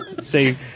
Say